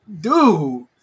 dude